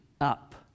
up